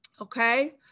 Okay